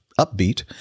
upbeat